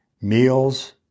meals